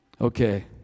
Okay